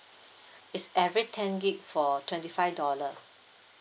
it's every ten gig for twenty five dollar